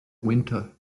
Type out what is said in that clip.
winter